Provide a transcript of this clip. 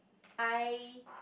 I